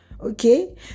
Okay